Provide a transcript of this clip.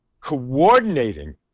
coordinating